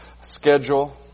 schedule